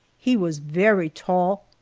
he was very tall,